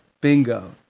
Bingo